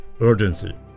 urgency